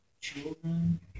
children